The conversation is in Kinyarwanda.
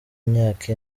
imyaka